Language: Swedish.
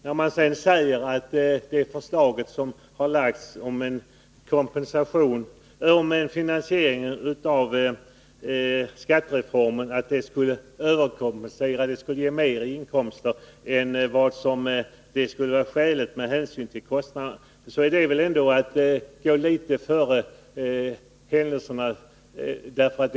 När man sedan säger att det förslag som har lagts fram om en finansiering av skattereformen skulle överkompensera och ge mer i inkomster än vad som skulle vara skäligt med hänsyn till kostnaderna är väl det ändå att gå händelserna litet i förväg.